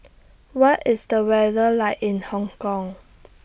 What IS The weather like in Hong Kong